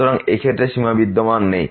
সুতরাং এই ক্ষেত্রে সীমা বিদ্যমান নেই